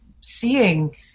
seeing